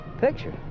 Picture